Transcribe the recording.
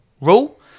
rule